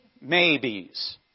maybes